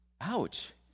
ouch